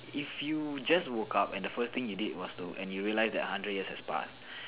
if you just woke and the first thing you did was to and you realize a hundred years have passed